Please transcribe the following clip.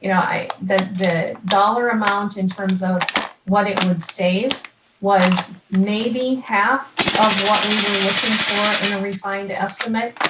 you know the the dollar amount in terms of what it would save was, maybe half of what we were looking for in a refined estimate,